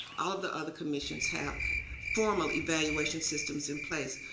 all of the other commissions have formal evaluation systems in place.